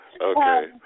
Okay